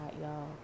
y'all